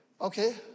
okay